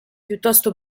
piuttosto